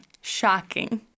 Shocking